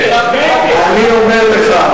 אני אומר לך,